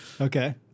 okay